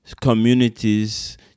communities